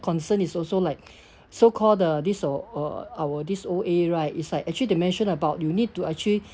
concern is also like so-called the this uh uh our this O_A right it's like actually they mention about you need to actually